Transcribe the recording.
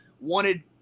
wanted